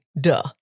duh